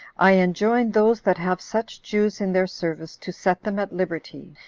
i enjoin those that have such jews in their service to set them at liberty,